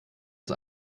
ist